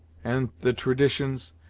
and the traditions,